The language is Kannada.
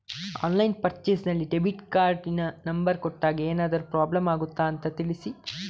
ಆನ್ಲೈನ್ ಪರ್ಚೇಸ್ ನಲ್ಲಿ ಡೆಬಿಟ್ ಕಾರ್ಡಿನ ನಂಬರ್ ಕೊಟ್ಟಾಗ ಏನಾದರೂ ಪ್ರಾಬ್ಲಮ್ ಆಗುತ್ತದ ಅಂತ ತಿಳಿಸಿ?